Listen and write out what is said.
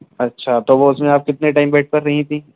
اچھا تو وہ اس میں آپ کتنے ٹائم بیڈ پر رہی تھیں